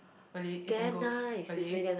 really is damn good really